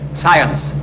science.